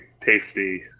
tasty